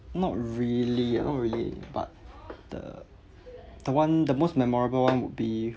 not really ah not really but the the one the most memorable one would be